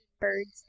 birds